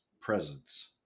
presence